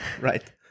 Right